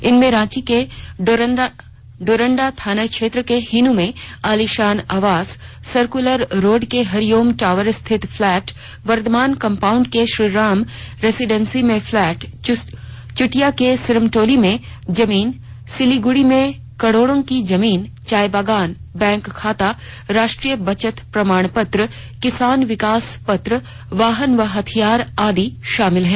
इसमें रांची के डोरंडा थाना क्षेत्र के हिन् में आलीशान आवास सरकुलर रोड के हरिओम टावर स्थित फ्लैट वर्द्वमान कंपाउंड के श्रीराम रेजिडेंसी में फ्लैट चुटिया के सिरमटोली में जमीन सिलीगुड़ी में करोड़ों की जमीन चाय बगान बैंक खाता राष्ट्रीय बचत प्रमाण पत्र किसान विकास पत्र वाहन व हथियार आदि शामिल हैं